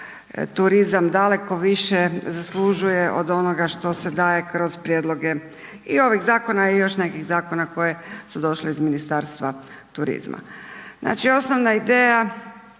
turizam daleko više zaslužuje od onoga što se daje kroz prijedloge i ovih zakona i još nekih zakona koje su došle iz Ministarstva turizma. Znači, osnovna ideja